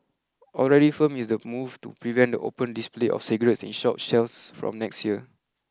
already firm is the move to prevent the open display of cigarettes in shop shelves from next year